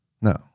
No